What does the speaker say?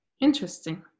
interesting